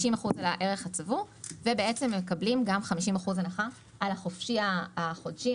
והם מקבלים גם 50% הנחה על החופשי-חודשי,